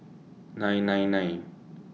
nine nine nine